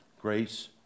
grace